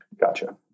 Gotcha